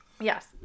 Yes